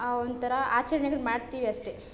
ಒಂಥರ ಆಚರ್ಣೆಗಳು ಮಾಡ್ತೀವಿ ಅಷ್ಟೇ